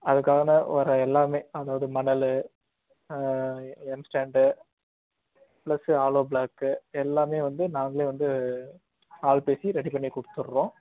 அதுக்காக தான் வர எல்லாமே அதாவது மணல் எம்சேண்டு ப்ளஸ்ஸு ஆலோ பிளாக்கு எல்லாமே வந்து நாங்களே வந்து ஆள் பேசி ரெடி பண்ணி கொடுத்துட்றோம்